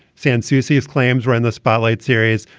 santucci his claims were in the spotlight series.